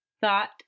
Thought